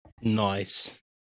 Nice